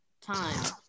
time